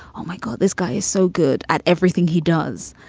oh, my god, this guy is so good at everything he does.